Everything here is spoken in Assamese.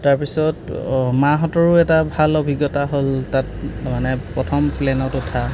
তাৰপিছত অ' মাহঁতৰো এটা ভাল অভিজ্ঞতা হ'ল তাত মানে প্ৰথম প্লেনত উঠা